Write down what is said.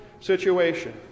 situation